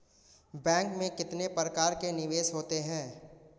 Bank में कितने प्रकार के निवेश होते हैं?